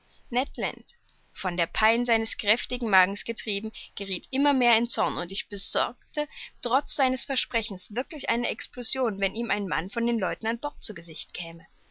von der pein seines kräftigen magens getrieben gerieth immer mehr in zorn und ich besorgte trotz seines versprechens wirklich eine explosion wenn ihm ein mann von den leuten an bord zu gesicht käme